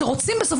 תראו,